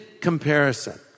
comparison